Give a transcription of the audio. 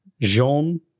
Jean